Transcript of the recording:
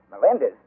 Melendez